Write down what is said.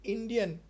Indian